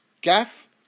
Gaff